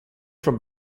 from